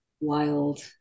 wild